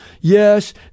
Yes